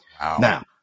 Now